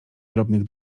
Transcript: drobnych